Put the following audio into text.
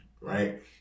right